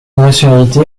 nationalité